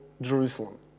Jerusalem